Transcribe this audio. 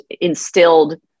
instilled